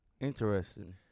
Interesting